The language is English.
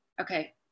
Okay